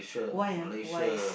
why ah why